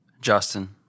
Justin